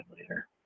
later